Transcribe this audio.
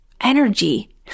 energy